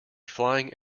flying